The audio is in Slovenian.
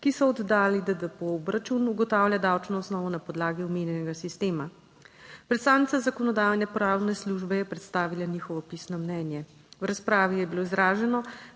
ki so oddali DDPO obračun, ugotavlja davčno osnovo na podlagi omenjenega sistema. Predstavnica Zakonodajno-pravne službe je predstavila njihovo pisno mnenje. V razpravi je bilo izraženo,